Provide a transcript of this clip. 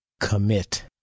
Commit